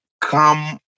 come